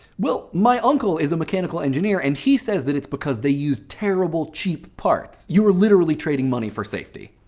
well, my uncle is a mechanical engineer, and he says that it's because they use terrible, cheap parts. you are literally trading money for safety.